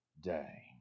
day